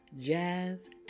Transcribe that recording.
Jazz